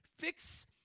fix